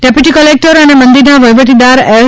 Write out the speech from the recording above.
deputy collector અને મંદિરના વહીવટદાર એસ